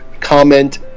Comment